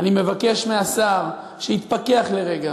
אני מבקש מהשר שיתפכח לרגע,